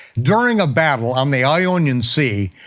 during a battle on the ionian sea,